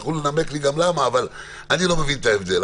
יצטרכו לנמק לי גם למה, אבל אני לא מבין את ההבדל.